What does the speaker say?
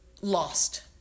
lost